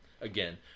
Again